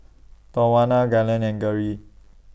Tawana Galen and Geri